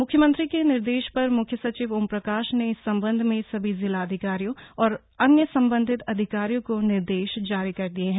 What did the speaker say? मुख्यमंत्री के निर्देश पर मुख्य सचिव ओमप्रकाश ने इस संबंध में सभी जिलाधिकारियों और अन्य संबंधित अधिकारियों को निर्देश जारी कर दिये हैं